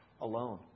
alone